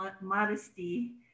modesty